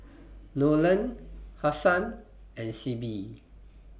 Nolen Hassan and Sibbie